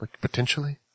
Potentially